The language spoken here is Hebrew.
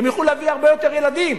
והם יוכלו להביא הרבה יותר ילדים.